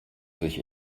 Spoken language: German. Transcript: sich